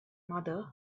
mother